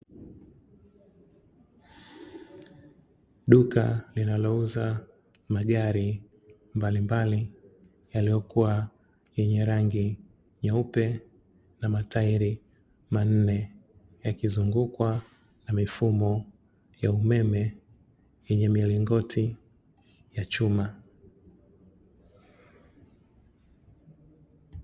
Duka linalouza magari mbalimbali yaliyokuwa yenye rangi nyeupe, na matairi manne yakizungukwa na mifumo ya umeme yenye milingoti ya chuma.